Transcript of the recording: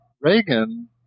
Reagan